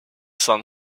sun